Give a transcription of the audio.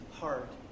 heart